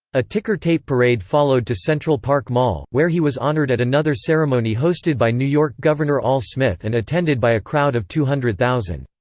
a ticker-tape parade followed to central park mall, where he was honored at another ceremony hosted by new york governor al smith and attended by a crowd of two hundred thousand.